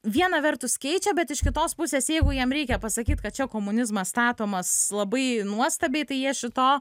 viena vertus keičia bet iš kitos pusės jeigu jam reikia pasakyt kad čis komunizmas statomas labai nuostabiai tai jie šito